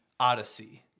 Odyssey